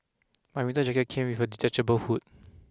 my winter jacket came with a detachable hood